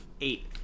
eight